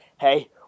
hey